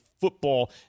football